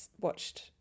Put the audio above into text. watched